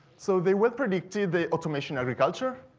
so they weren't predicted the automation agriculture